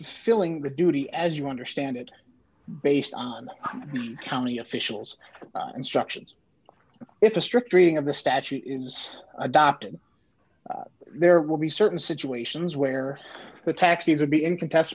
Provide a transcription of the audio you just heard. filling the duty as you understand it based on county officials instructions if a strict reading of the statute is adopted there will be certain situations where the taxis would be in